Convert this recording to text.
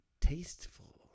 Tasteful